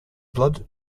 blood